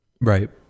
Right